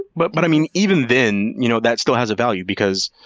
but but i mean, even then, you know that still has a value because